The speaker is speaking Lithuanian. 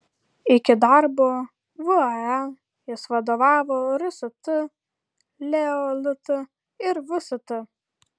iki darbo vae jis vadovavo rst leo lt ir vst